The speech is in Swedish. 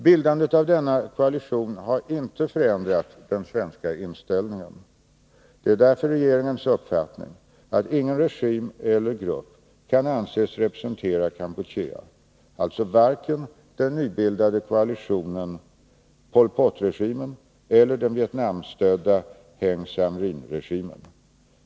Bildandet av denna koalition har inte förändrat den svenska inställningen. Det är därför den svenska regeringens uppfattning att ingen regim eller grupp kan anses representera Kampuchea, alltså varken den nybildade koalitionen, Pol Pot-regimen eller den Vietnamstödda Heng Samrin-regimen.